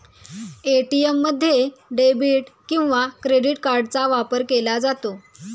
ATM मध्ये debit किंवा credit कार्डचा वापर केला जातो